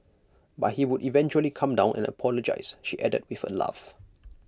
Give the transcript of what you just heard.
but he would eventually calm down and apologise she added with A laugh